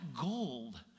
gold